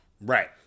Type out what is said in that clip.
Right